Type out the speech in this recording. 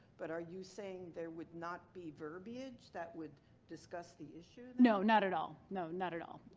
but are you saying there would not be verbiage that would discuss the issue? no, not at all. no, not at all.